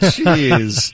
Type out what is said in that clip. Jeez